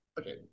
okay